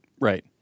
Right